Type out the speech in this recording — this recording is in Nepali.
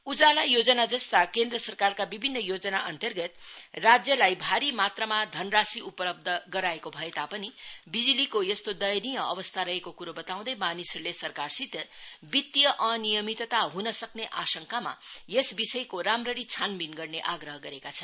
उजाला योजना जम्ता केन्द्र सरकारका विभिन्न योजनाअन्तर्गत राज्लाई भारी यात्रामा धनराशि उपलब्ध गराएको भएतापनि बिजुलीकी यस्तो दयनीय अवस्था रहेको करो बताउँदै मानिसहरूले सरकारसित वितीय अनियमितता हने आशांकामा यस विषयको राम्री छानबिन गर्ने आग्रह गरेका छन्